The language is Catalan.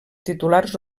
titulars